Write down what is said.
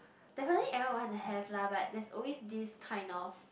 definitely everyone won't want to have lah but there's always this kind of